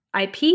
IP